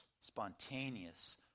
spontaneous